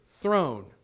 throne